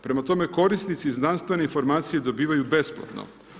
Prema tome korisnici znanstvene informacije dobivaju besplatno.